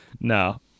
No